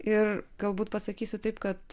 ir galbūt pasakysiu taip kad